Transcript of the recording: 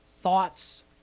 thoughts